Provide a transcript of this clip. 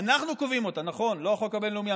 אנחנו קובעים אותה, נכון, לא החוק הבין-לאומי.